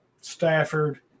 Stafford